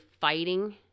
fighting